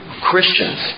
Christians